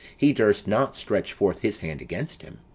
he durst not stretch forth his hand against him.